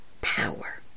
power